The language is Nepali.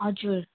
हजुर